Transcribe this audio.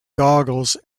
goggles